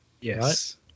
Yes